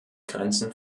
grenzen